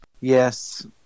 Yes